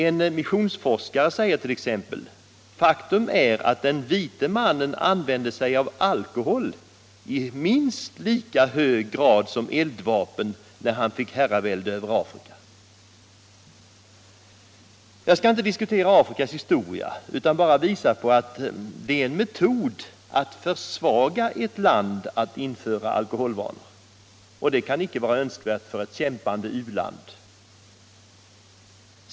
En missionsforskare säger t.ex.: ”Faktum är att den vite mannen använde sig av alkohol i minst lika hög grad som eldvapen när han fick herravälde över Afrika.” Jag skall inte diskutera Afrikas historia utan bara visa på att en metod att försvaga ett land är att införa alkoholvanor där, och det kan inte vara önskvärt för ett kämpande u-land.